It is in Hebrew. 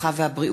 הרווחה והבריאות,